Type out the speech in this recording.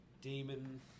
Demon